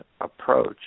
approach